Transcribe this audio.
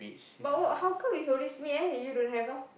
but what how come is always me eh you don't have ah